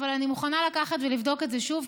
אבל אני מוכנה לקחת ולבדוק את זה שוב,